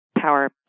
power